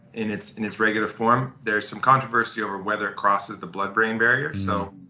in its in its regular form. there's some controversy over whether it crosses the blood-brain barrier, so